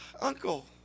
uncle